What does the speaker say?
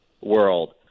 world